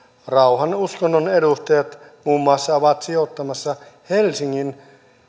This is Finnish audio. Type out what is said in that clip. rauhan uskonnon edustajat ovat samaan aikaan sijoittamassa tähän helsingin